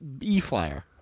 E-flyer